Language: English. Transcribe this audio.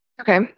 Okay